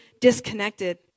disconnected